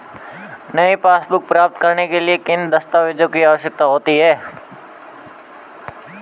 नई पासबुक प्राप्त करने के लिए किन दस्तावेज़ों की आवश्यकता होती है?